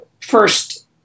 first